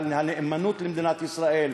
על הנאמנות למדינת ישראל.